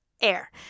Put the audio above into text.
Air